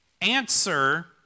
answer